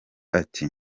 ati